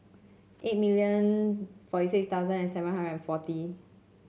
eight million forty six thousand and seven hundred forty